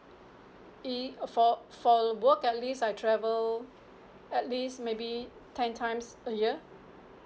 eh for for work at least I travel at least maybe ten times a year